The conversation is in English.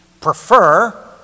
prefer